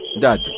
Dad